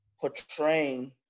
portraying